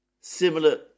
similar